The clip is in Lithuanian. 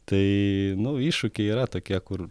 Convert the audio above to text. tai nu iššūkiai yra tokie kur